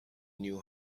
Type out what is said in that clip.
knew